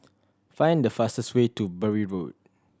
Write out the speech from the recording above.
find the fastest way to Bury Road